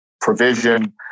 provision